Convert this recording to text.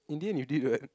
in the end you did what